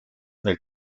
nel